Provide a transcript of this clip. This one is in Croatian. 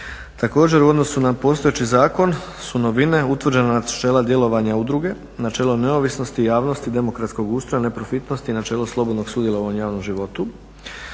Također, u odnosu na postojeći zakon su novine utvrđena načela djelovanja udruge, načelo neovisnosti i javnosti demokratskog ustroja, neprofitnost i načelo slobodnog sudjelovanja u javnom životu.